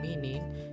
meaning